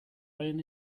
iron